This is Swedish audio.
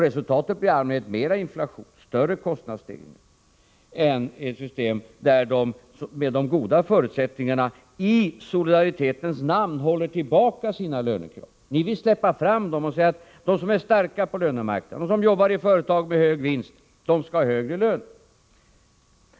Resultatet blir i allmänhet mer inflation och större kostnadsstegringar än med nuvarande system, med de goda förutsättningarna, där man i solidaritetens namn håller tillbaka sina lönekrav. Ni vill släppa fram dem och säga: De som är starka på lönemarknaden, de som jobbar i företag med höga vinster, de skall ha högre löner.